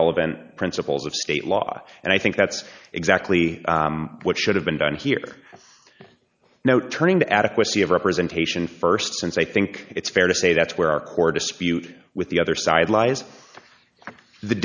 relevant principles of state law and i think that's exactly what should have been done here now turning to adequacy of representation st since i think it's fair to say that's where our core dispute with the other side lies the